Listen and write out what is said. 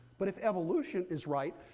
but if evolution is right,